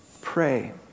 pray